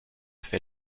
fait